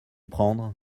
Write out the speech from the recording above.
prendre